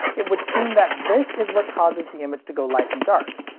it would seem that this is what causes the image to go light and dark.